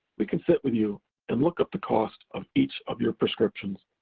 we can sit with you and look up the cost of each of your prescriptions,